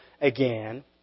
again